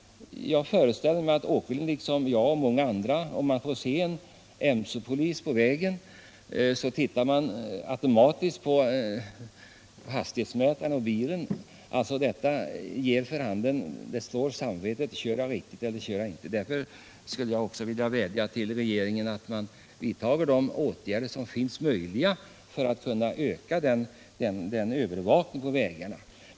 Jag antar att herr Åkerlind liksom jag och många med mig automatiskt tittar på hastighetsmätaren om man får se en mc-polis på vägen. Samvetet slår en: kör jag riktigt eller gör jag det inte? Jag skulle därför vilja vädja till regeringen att vidta de åtgärder som är möjliga för att öka övervakningen på vägarna.